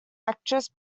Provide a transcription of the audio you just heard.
actress